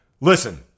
Listen